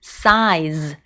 size